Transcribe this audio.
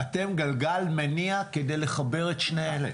ולכן, אתם גלגל מניע כדי לחבר את שני אלה.